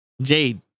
Jade